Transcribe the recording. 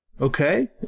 Okay